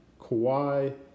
Kawhi